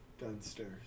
downstairs